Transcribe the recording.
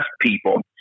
people